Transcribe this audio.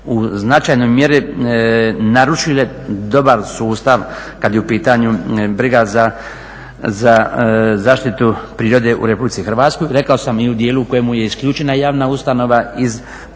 u značajnoj mjeri narušile dobar sustav kada je u pitanju briga za zaštitu prirode u RH, rekao sam i u dijelu u kojemu je isključena javna ustanova iz